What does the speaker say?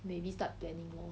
maybe start planning lor